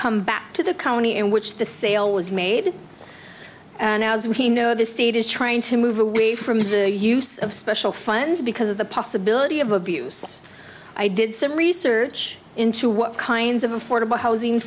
come back to the county in which the sale was made and as we know the state is trying to move away from the use of special funds because of the possibility of abuse i did some research into what kinds of affordable housing